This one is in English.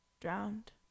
drowned